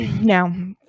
Now